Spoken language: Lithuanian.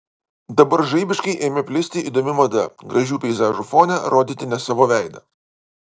dabar žaibiškai ėmė plisti įdomi mada gražių peizažų fone rodyti ne savo veidą